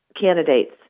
candidates